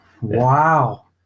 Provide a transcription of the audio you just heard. Wow